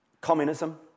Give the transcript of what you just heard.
Communism